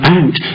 out